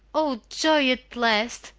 oh, joy at last!